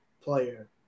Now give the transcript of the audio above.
player